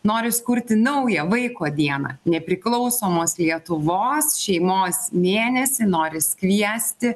noris kurti naują vaiko dieną nepriklausomos lietuvos šeimos mėnesį noris kviesti